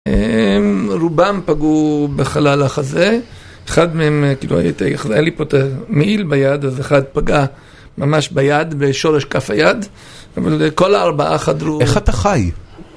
רובם פגעו בחלל החזה, אחד מהם, כאילו, היה לי פה את המעיל ביד, אז אחד פגע ממש ביד, בשורש כף היד, אבל כל הארבעה חדרו. -איך אתה חי?